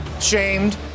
shamed